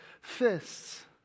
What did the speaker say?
fists